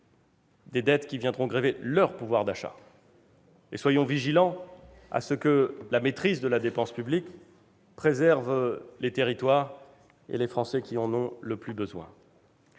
des dettes qui viendront grever leur pouvoir d'achat. Très bien ! Soyons vigilants à ce que la maîtrise de la dépense publique préserve les territoires et les Français qui en ont le plus besoin.